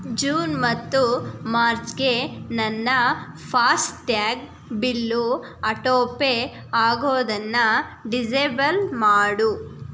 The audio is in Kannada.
ಜೂನ್ ಮತ್ತು ಮಾರ್ಚ್ಗೆ ನನ್ನ ಫಾಸ್ಟ್ಟ್ಯಾಗ್ ಬಿಲ್ಲು ಆಟೋಪೇ ಆಗೋದನ್ನು ಡಿಸೇಬಲ್ ಮಾಡು